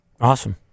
Awesome